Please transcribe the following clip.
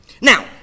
Now